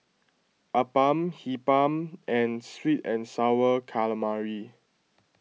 Appam Hee Pan and Sweet and Sour Calamari